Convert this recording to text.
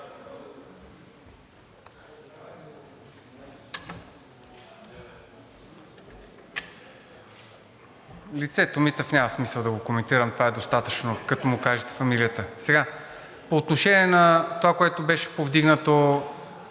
Лицето Митев няма смисъл да го коментирам. Това е достатъчно, като му кажете фамилията. По отношение на това, което беше повдигнато